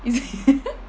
is it